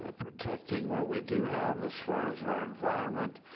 ah protecting what we do have as far as our environment,